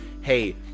hey